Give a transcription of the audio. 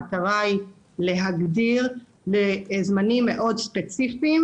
המטרה היא להגדיר לזמנים מאוד ספציפיים